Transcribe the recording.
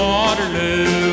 Waterloo